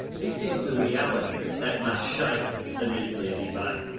this is the reality that must shape the nuclear debate.